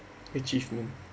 achievement